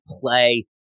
play